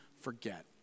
forget